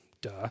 Duh